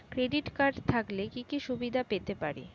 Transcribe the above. Credit card থাকলে কি কি সুবিধা পেতে পারি?